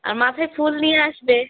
আর মাথায় ফুল দিয়ে আসবে